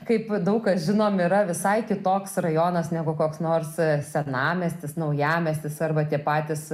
kaip daug kas žinom yra visai kitoks rajonas negu koks nors senamiestis naujamiestis arba tie patys